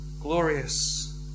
glorious